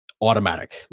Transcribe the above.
automatic